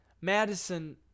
Madison